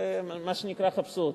ומה שנקרא "חפשו אותי".